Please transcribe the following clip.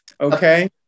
Okay